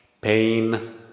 pain